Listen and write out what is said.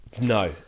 no